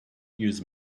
use